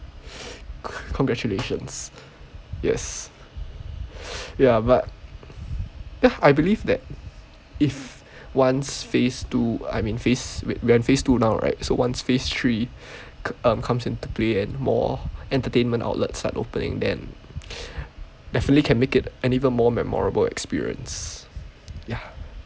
congratulations yes ya but ya I believe that if once phase two I mean phase we're in phase two now right so once phase three uh comes into play and more entertainment outlets start opening definitely can make it an even more memorable experience ya